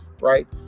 right